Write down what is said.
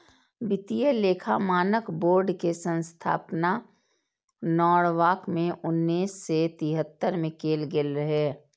वित्तीय लेखा मानक बोर्ड के स्थापना नॉरवॉक मे उन्नैस सय तिहत्तर मे कैल गेल रहै